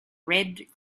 red